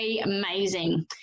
amazing